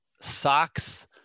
socks